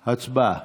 הצבעה.